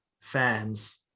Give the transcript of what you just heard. fans